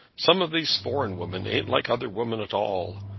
some of these foreign women ain't like other women at all.